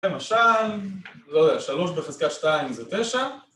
‫למשל, לא יודע, ‫שלוש בחזקה שתיים זה תשע.